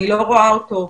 אני לא רואה אותו,